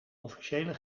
officiële